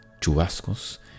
chubascos